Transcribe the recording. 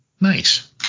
Nice